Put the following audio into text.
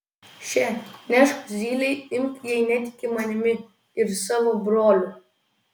še nešk zylei imk jei netiki manimi ir savo broliu